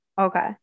okay